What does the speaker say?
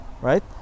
right